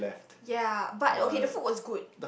ya but okay the food was good